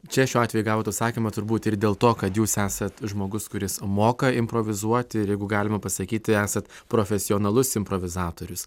čia šiuo atveju gavot užsakymą turbūt ir dėl to kad jūs esat žmogus kuris moka improvizuoti ir jeigu galima pasakyti esat profesionalus improvizatorius